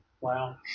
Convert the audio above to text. Wow